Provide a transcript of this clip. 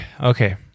okay